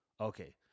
Okay